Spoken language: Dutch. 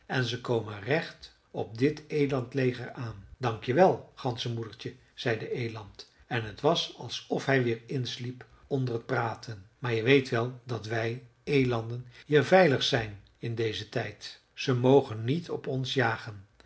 en ze komen recht op dit elandleger aan dank je wel ganzenmoedertje zei de eland en het was alsof hij weer insliep onder t praten maar je weet wel dat wij elanden hier veilig zijn in dezen tijd ze mogen niet op ons jagen